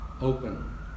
open